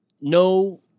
no